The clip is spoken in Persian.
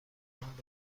میتواند